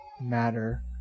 matter